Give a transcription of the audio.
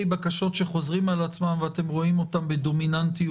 בקשות שחוזרים על עצמם ואתם רואים אותם בדומיננטיות-יתר.